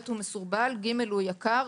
הוא מסורבל והוא יקר.